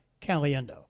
Caliendo